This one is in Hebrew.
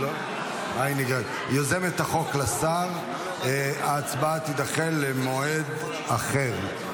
-- בין יוזמת החוק לשר, ההצבעה תידחה למועד אחר.